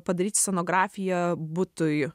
padaryt scenografiją butui